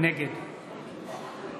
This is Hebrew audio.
נגד יעקב אשר,